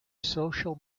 social